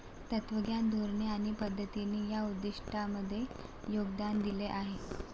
तत्त्वज्ञान, धोरणे आणि पद्धतींनी या उद्दिष्टांमध्ये योगदान दिले आहे